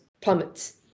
plummets